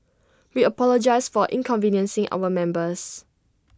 we apologise for inconveniencing our members